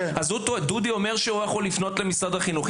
דודי אומר שהוא יכול לפנות למשרד החינוך.